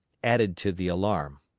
added to the alarm.